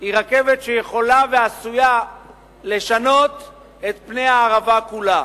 היא רכבת שיכולה ועשויה לשנות את פני הערבה כולה.